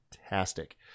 fantastic